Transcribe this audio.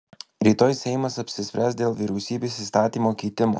rytoj seimas apsispręs dėl vyriausybės įstatymo keitimo